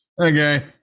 Okay